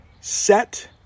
set